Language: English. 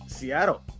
seattle